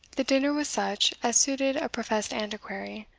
the dinner was such as suited a professed antiquary,